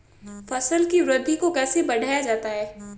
फसल की वृद्धि को कैसे बढ़ाया जाता हैं?